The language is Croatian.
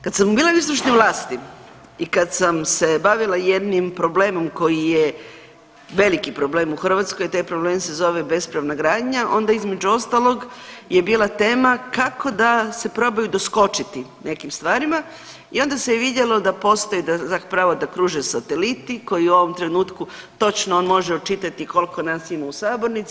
Kad sam bila u izvršnoj vlasti i kad sam se bavila jednim problemom koji je veliki problem u Hrvatskoj taj problem se zove bespravna gradnja onda između ostaloga je bila tema kako da se probaju doskočiti nekim stvarima i onda se je vidjelo da postoje, zapravo da kruže sateliti koji u ovom trenutku točno on može očitati koliko nas ima u sabornici.